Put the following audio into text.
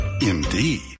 indeed